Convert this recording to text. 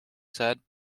said